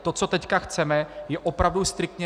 To, co teď chceme, je opravdu striktně.